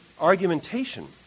argumentation